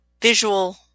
visual